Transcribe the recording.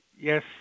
Yes